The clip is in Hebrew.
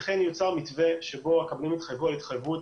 לכן יוצר מתווה שבו הקבלנים חתמו על התחייבות